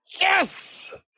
yes